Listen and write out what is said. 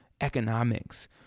Economics